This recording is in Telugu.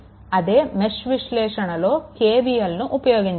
అదే మెష్ విశ్లేషణలో KVLను ఉపయోగించాలి